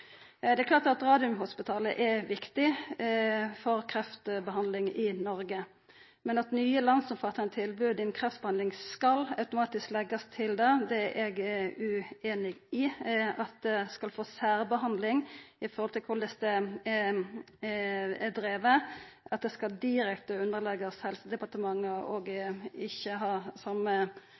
Det er klart at Radiumhospitalet er viktig for kreftbehandling i Noreg, men at nye landsomfattande tilbod innan kreftbehandling automatisk skal leggjast dit, er eg ueinig i. At Radiumhospitalet skal få særbehandling med tanke på korleis det er drive, at det skal leggjast direkte under Helsedepartementet og